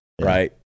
right